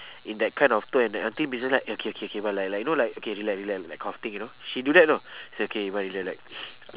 in that kind of tone and until missus lai eh okay okay okay but like like you know like okay relax relax that kind of thing you know she do that you know say okay everybody relax